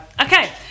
okay